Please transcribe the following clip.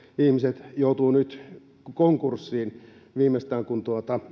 ihmiset joutuvat viimeistään nyt konkurssiin kun